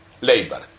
labor